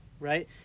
right